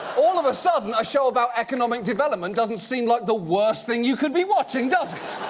all of a sudden, a show about economic development doesn't seem like the worst thing you could be watching, does it?